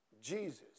Jesus